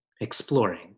exploring